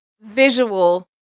visual